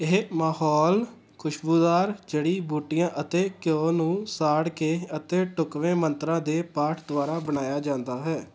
ਇਹ ਮਾਹੌਲ ਖੁਸ਼ਬੂਦਾਰ ਜੜ੍ਹੀ ਬੂਟੀਆਂ ਅਤੇ ਘਿਓ ਨੂੰ ਸਾੜ ਕੇ ਅਤੇ ਢੁਕਵੇਂ ਮੰਤਰਾਂ ਦੇ ਪਾਠ ਦੁਆਰਾ ਬਣਾਇਆ ਜਾਂਦਾ ਹੈ